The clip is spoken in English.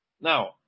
Now